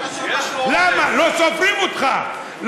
לא סופרים אותך.